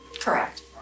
Correct